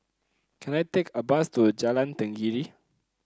can I take a bus to Jalan Tenggiri